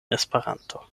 esperanto